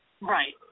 Right